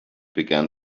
began